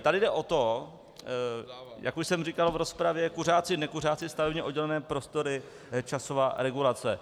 Tady jde o to, jak už jsem říkal v rozpravě, kuřáci, nekuřáci, stavebně oddělené prostory, časová regulace.